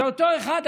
זה אותו אחד,